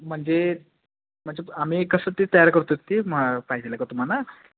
म्हणजे म्हणजे आम्ही कसं ते तयार करतो ती म पाहिजे आहे का तुम्हाला